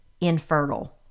infertile